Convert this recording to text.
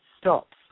stops